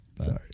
Sorry